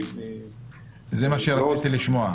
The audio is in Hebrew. זה מה שרציתי לשמוע.